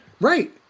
Right